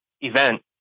event